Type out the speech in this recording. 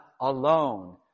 alone